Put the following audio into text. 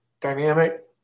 Dynamic